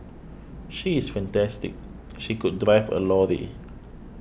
she is fantastic she could drive a lorry